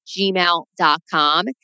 gmail.com